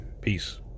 Peace